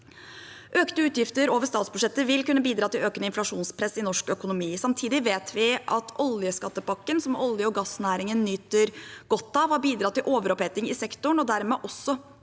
Økte utgifter over statsbudsjettet vil kunne bidra til økende inflasjonspress i norsk økonomi. Samtidig vet vi at oljeskattepakken, som olje- og gassnæringen nyter godt av, har bidratt til overoppheting i sektoren og dermed også